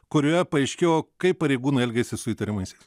kurioje paaiškėjo kaip pareigūnai elgėsi su įtariamaisiais